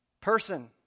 person